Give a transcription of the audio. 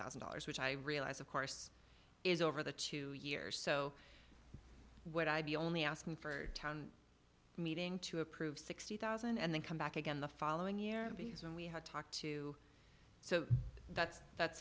thousand dollars which i realize of course is over the two years so would i be only asking for town meeting to approve sixty thousand and then come back again the following year because when we had talked to so that's that's